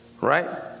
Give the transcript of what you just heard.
right